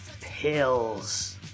Pills